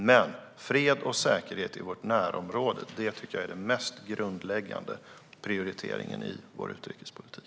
Men fred och säkerhet i vårt närområde tycker jag är den mest grundläggande prioriteringen i vår utrikespolitik.